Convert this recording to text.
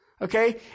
Okay